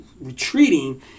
retreating